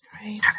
Right